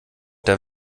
der